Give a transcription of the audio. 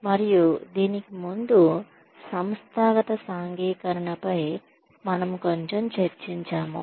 మరియు దీనికి ముందు సంస్థాగత సాంఘికీకరణపై మనము కొంచెం చర్చించాము